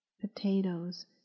potatoes